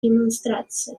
демонстрации